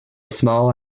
small